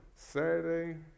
Saturday